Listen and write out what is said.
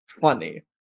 funny